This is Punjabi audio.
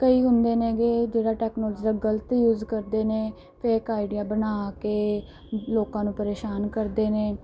ਕਈ ਹੁੰਦੇ ਨੇਗੇ ਜਿਹੜਾ ਟੈਕਨੋਲੋਜੀ ਦਾ ਗਲਤ ਯੂਜ ਕਰਦੇ ਨੇ ਫੇਕ ਆਈਡੀਆਂ ਬਣਾ ਕੇ ਲੋਕਾਂ ਨੂੰ ਪਰੇਸ਼ਾਨ ਕਰਦੇ ਨੇ